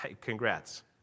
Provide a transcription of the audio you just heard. congrats